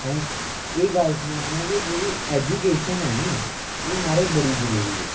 अ'ऊं एह् गल्ल सनां ना कि जेह्ड़ी ऐजुकेशन ऐ नी एह् महाराज बड़ी जरूरी ऐ